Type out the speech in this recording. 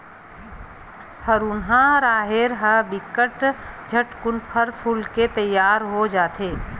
हरूना राहेर ह बिकट झटकुन फर फूल के तियार हो जथे